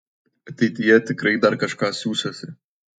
ateityje tikrai dar kažką siųsiuosi